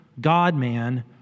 God-man